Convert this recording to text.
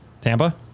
Tampa